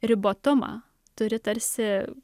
ribotumą turi tarsi